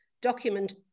document